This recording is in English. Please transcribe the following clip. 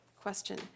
question